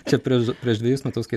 čia prieš prieš dvejus metus kai